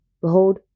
Behold